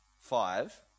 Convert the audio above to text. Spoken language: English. five